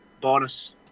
bonus